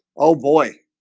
oh boy